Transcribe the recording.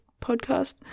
podcast